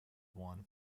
one